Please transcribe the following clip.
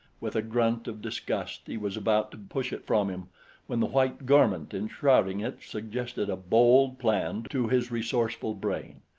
with a grunt of disgust he was about to push it from him when the white garment enshrouding it suggested a bold plan to his resourceful brain.